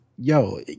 yo